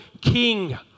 King